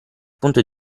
punto